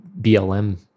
BLM